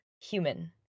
human